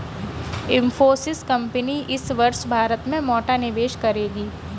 Infosys company इस वर्ष भारत में मोटा निवेश करेगी